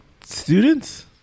students